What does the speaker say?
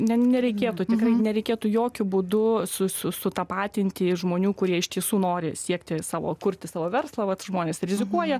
nereikėtų tikrai nereikėtų jokiu būdu sutapatinti žmonių kurie iš tiesų nori siekti savo kurti savo verslą vat žmonės rizikuoja